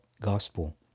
gospel